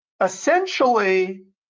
Essentially